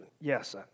yes